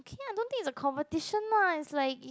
K ah I don't think it's a competition lah it's like